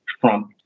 Trump